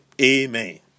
Amen